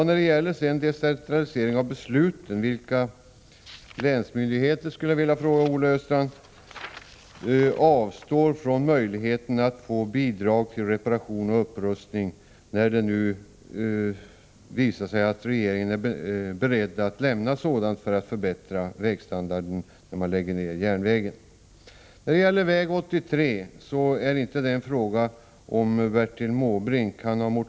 När det gäller decentralisering av besluten skulle jag vilja fråga Olle Östrand: Vilka länsmyndigheter avstår från möjligheten att få bidrag till reparation och upprustning när det nu visar sig att regeringen är beredd att lämna sådant bidrag för att förbättra vägstandarden när man lägger ned järnvägen? Beträffande väg 83 så är det inte fråga om Bertil Måbrinks agerande.